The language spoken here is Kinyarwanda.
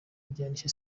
kujyanisha